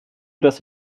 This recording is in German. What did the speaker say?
dass